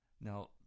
Now